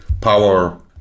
power